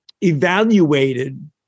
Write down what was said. evaluated